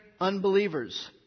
unbelievers